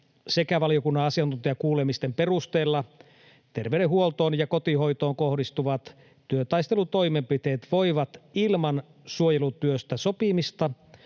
sekä valiokunnan asiantuntijakuulemisten perusteella terveydenhuoltoon ja kotihoitoon kohdistuvat työtaistelutoimenpiteet voivat ilman suojelutyöstä sopimista